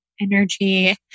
energy